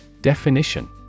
Definition